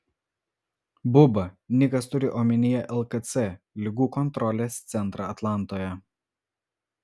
buba nikas turi omenyje lkc ligų kontrolės centrą atlantoje